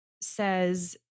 says